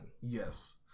Yes